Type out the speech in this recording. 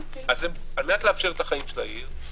כדי לאפשר את חיי העיר,